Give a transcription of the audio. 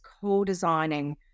co-designing